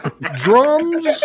drums